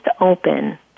open